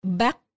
back